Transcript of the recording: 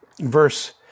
verse